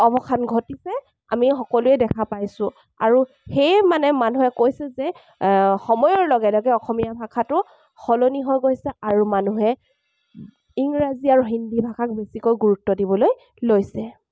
অৱসান ঘটিছে আমি সকলোৱে দেখা পাইছো আৰু সেয়ে মানে মানুহে কৈছে যে সময়ৰ লগে লগে অসমীয়া ভাষাটো সলনি হৈ গৈছে আৰু মানুহে ইংৰাজী আৰু হিন্দি ভাষাক বেছিকৈ গুৰুত্ব দিবলৈ লৈছে